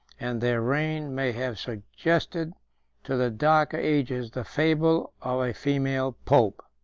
and their reign may have suggested to the darker ages the fable of a female pope.